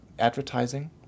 advertising